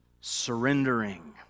surrendering